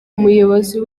umuyobozi